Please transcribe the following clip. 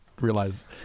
realize